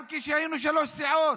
גם כשהיינו שלוש סיעות,